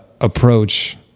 approach